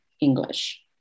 English